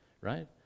right